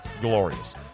glorious